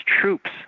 troops